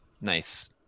nice